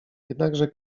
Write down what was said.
jednakże